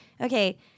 okay